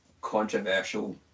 controversial